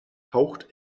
haucht